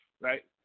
Right